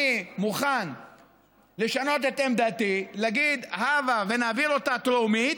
אני מוכן לשנות את עמדתי ולהגיד הבה נעביר אותה טרומית,